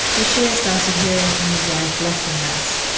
bashir started hearing from his wife less and less.